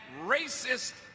racist